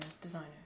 designer